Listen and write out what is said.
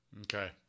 Okay